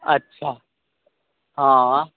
अच्छा हँ